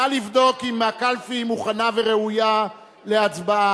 נא לבדוק אם הקלפי מוכנה וראויה להצבעה.